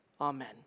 Amen